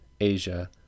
Asia